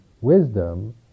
wisdom